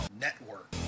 Network